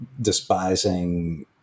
despising